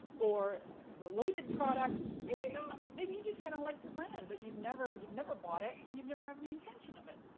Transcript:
or related products? maybe not, maybe you just kinda like their brand but you've never you've never bought it and you've never have any intention of it.